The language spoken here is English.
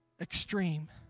extreme